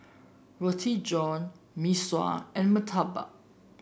Roti John Mee Sua and murtabak